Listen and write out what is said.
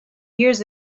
years